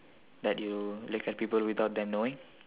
that you look at people without them knowing